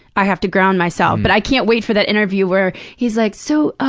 i have to ground myself. but i can't wait for that interview where he's like, so ah